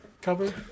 cover